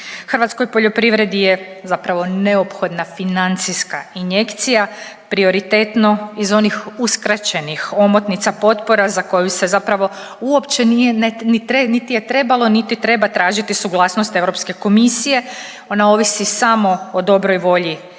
Hrvatskoj poljoprivredi je zapravo neophodna financijska injekcija prioritetno iz onih uskraćenih omotnica potpora za koju se zapravo uopće nije nit je trebalo, niti treba tražiti suglasnost Europske komisije. Ona ovisi samo o dobroj volji